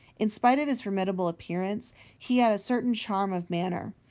in spite of his formidable appearance he had a certain charm of manner.